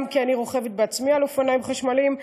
גם כי אני רוכבת בעצמי על אופניים חשמליים,